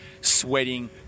sweating